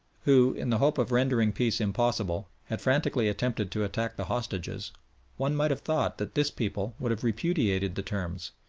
who, in the hope of rendering peace impossible, had frantically attempted to attack the hostages one might have thought that this people would have repudiated the terms,